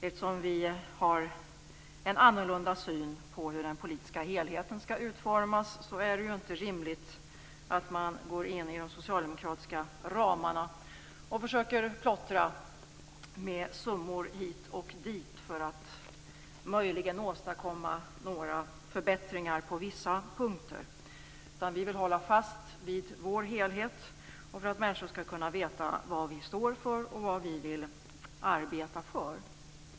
Eftersom vi har en annorlunda syn på hur den politiska helheten skall utformas är det inte rimligt att man går in i de socialdemokratiska ramarna och försöker plottra med summor hit och dit för att möjligen åstadkomma några förbättringar på vissa punkter. Vi vill i stället hålla fast vid vår helhetsalternativ och för att människor skall veta vad vi står för och vad vi vill arbeta för.